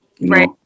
Right